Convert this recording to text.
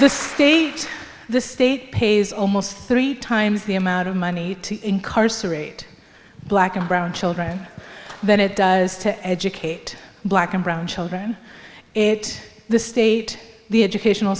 the state the state pays almost three times the amount of money to incarcerate black and brown children than it does to educate black and brown children it the state the educational